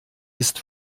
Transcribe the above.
ist